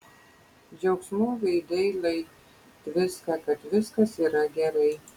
džiaugsmu veidai lai tviska kad viskas yra gerai